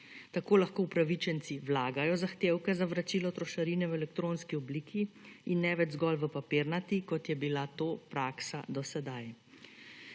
Tako lahko upravičenci vlagajo zahtevke za vračilo trošarine v elektronski obliki in ne več zgolj v papirnati, kot je bila to praksa do sedaj.